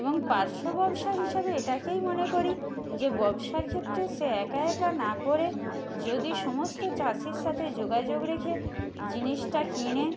এবং পার্শ্ব ব্যবসা হিসাবে এটাকেই মনে করি যে ব্যবসার ক্ষেত্রে সে একা একা না করে যদি সমস্ত চাষীর সাথে যোগাযোগ রেখে জিনিসটা কিনে